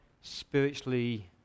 spiritually